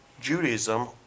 Judaism